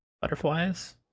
butterflies